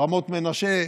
רמות מנשה,